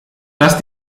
dass